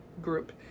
group